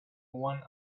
one